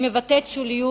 היא מבטאת שוליות,